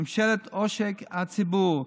ממשלת עושק הציבור,